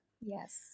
yes